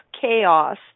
chaos